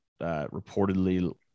reportedly